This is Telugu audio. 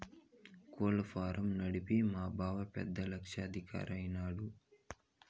కోళ్ల ఫారం నడిపి మా బావ పెద్ద లక్షాధికారైన నాడు